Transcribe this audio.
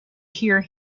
hear